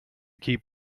keep